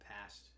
past